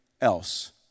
else